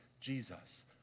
Jesus